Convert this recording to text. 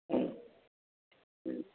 ꯎꯝ ꯎꯝ